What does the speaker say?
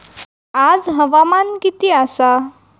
आज हवामान किती आसा?